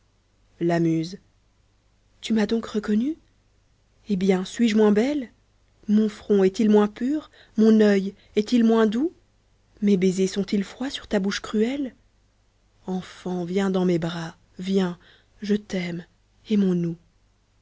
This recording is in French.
la muse tu m'as donc reconnue eh bien suis-je moins belle mon front est-il moins pur mon oeil est-il moins doux mes baisers sont-ils froids sur ta bouche cruelle enfant viens dans mes bras viens je t'aime aimons-nous